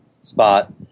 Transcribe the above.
spot